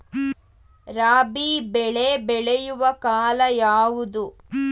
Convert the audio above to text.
ರಾಬಿ ಬೆಳೆ ಬೆಳೆಯುವ ಕಾಲ ಯಾವುದು?